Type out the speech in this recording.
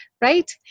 Right